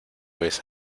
vez